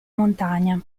montagna